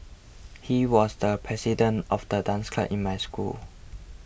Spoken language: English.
he was the president of the dance club in my school